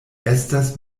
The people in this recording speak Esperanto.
estas